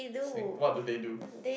sing~ what do they do